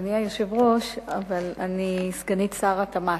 אדוני היושב-ראש, אבל אני סגנית שר התמ"ת,